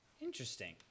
Interesting